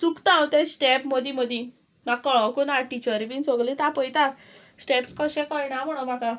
चुकता हांव तें स्टेप मदीं मदीं म्हाका कळोकू ना टिचरी बीन सोगलीं तापयता स्टेप्स कशें कळना म्हणो म्हाका